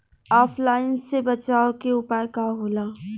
ऑफलाइनसे बचाव के उपाय का होला?